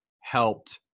helped